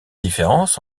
différence